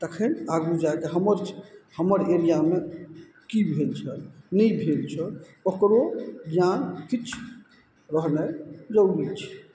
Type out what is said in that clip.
तखन आगू जा कऽ हमर छे हमर एरियामे की भेल छल नहि भेल छल ओकरो ज्ञान किछु रहनाइ जरूरी छै